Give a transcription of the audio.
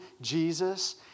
Jesus